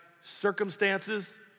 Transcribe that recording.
circumstances